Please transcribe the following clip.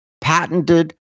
patented